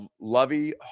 Lovey